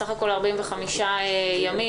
בסך הכול 45 ימים,